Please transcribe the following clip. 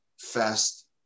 fast